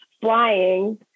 flying